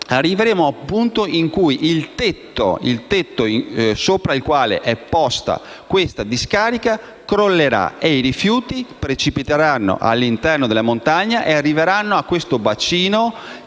arriveremo a un punto in cui il tetto, sopra il quale è posta questa discarica, crollerà e i rifiuti precipiteranno all'interno della montagna e arriveranno a questo bacino,